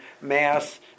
mass